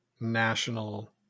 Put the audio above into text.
national